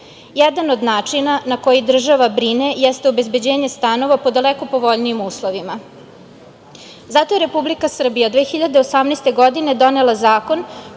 Jedan od načina na koji država brine jeste obezbeđenje stanova po daleko povoljnijim uslovima. Zato je Republika Srbija 2018. godine donela zakon